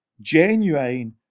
genuine